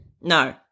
No